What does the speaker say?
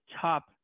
top